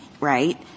right